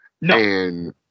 No